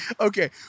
Okay